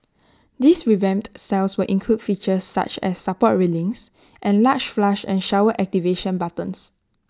these revamped cells will include features such as support railings and large flush and shower activation buttons